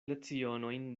lecionojn